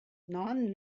non